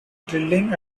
drilling